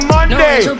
Monday